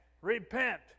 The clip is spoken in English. Repent